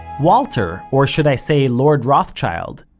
walter, or should i say lord rothschild,